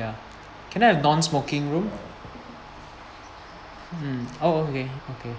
ya can I have non-smoking room mm oh okay okay